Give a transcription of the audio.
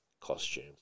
costume